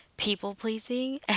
people-pleasing